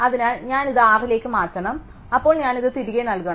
അതിനാൽ ഞാൻ ഇത് R ലേക്ക് മാറ്റണം അപ്പോൾ ഞാൻ ഇത് തിരികെ നൽകണം